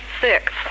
six